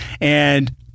And-